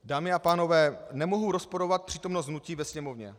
Dámy a pánové, nemohu rozporovat přítomnost hnutí ve Sněmovně.